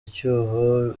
icyuho